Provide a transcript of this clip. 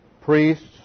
priests